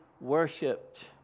worshipped